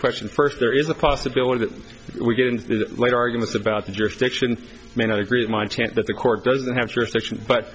question first there is a possibility that we get in late arguments about the jurisdiction may not agree with my chant that the court doesn't have jurisdiction but